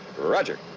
Roger